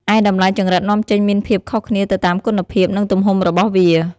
ឯតម្លៃចង្រិតនាំចេញមានភាពខុសគ្នាទៅតាមគុណភាព និងទំហំរបស់វា។